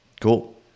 Cool